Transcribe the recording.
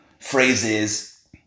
phrases